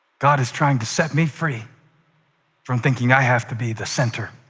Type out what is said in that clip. god is trying to set me free from thinking i have to be the center.